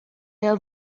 have